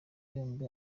yombi